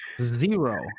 zero